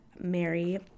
Mary